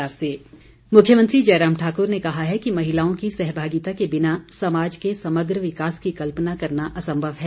मुख्यमंत्री मुख्यमंत्री जयराम ठाकुर ने कहा है कि महिलाओं की सहभागिता के बिना समाज के समग्र विकास की कल्पना करना असंभव है